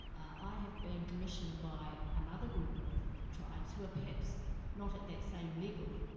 i have been commissioned by another group of tribes who are perhaps not at that same level,